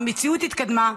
המציאות התקדמה,